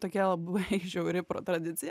tokia labai žiauri pro tradicija